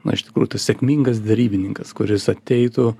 na iš tikrųjų tas sėkmingas derybininkas kuris ateitų